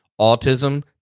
autism